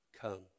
come